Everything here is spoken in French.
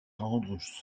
rendre